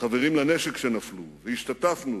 חברים לנשק שנפלו והשתתפנו